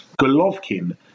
Golovkin